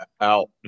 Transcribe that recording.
out